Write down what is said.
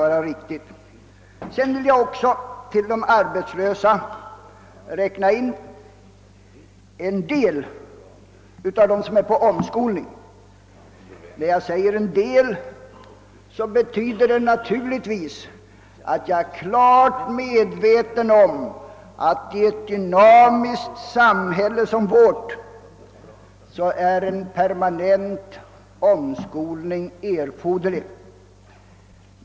Bland de arbetslösa vill jag också räkna en del av dem som deltar i omskolningskurser. När jag säger en del betyder det naturligtvis att jag är klart medveten om att i ett dynamiskt samhälle som vårt är en permanent omskolning erforderlig.